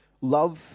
Love